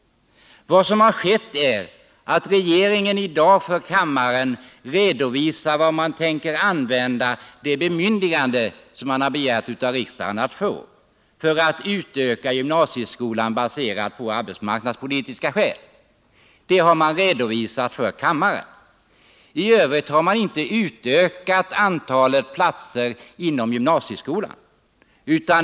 Vad som har skett är att regeringen i dag begär ett bemyndigande av riksdagen att öka antalet platser i gymnasieskolan om detta är påkallat av arbetsmarknadspolitiska skäl. I övrigt har man inte föreslagit en utökning av antalet platser i gymnasieskolan.